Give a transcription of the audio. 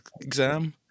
exam